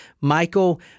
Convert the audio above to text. Michael